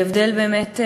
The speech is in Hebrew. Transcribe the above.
בהבדל, באמת,